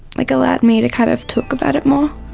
like allowed me to kind of talk about it more.